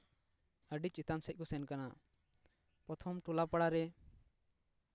ᱟᱹᱰᱤ ᱪᱮᱛᱟᱱ ᱥᱮᱫ ᱠᱚ ᱥᱮᱱ ᱠᱟᱱᱟ ᱯᱨᱚᱛᱷᱚᱢ ᱴᱚᱞᱟ ᱯᱟᱲᱟᱨᱮ